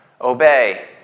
obey